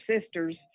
sisters